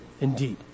indeed